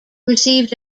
received